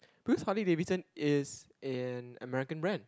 because Harley Davidson is an American brand